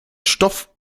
stoff